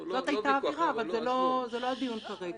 זו היתה האווירה, אבל זה לא הדיון כרגע.